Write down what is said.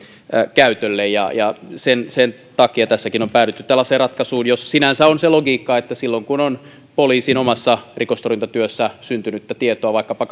käytölle sen takia tässäkin on päädytty tällaiseen ratkaisuun jossa sinänsä on se logiikka että silloin kun on poliisin omassa rikostorjuntatyössä syntynyttä tietoa vaikkapa